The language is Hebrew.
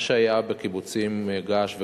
מה שהיה בקיבוצים געש וגליל-ים,